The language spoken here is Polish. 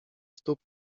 stóp